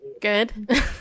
Good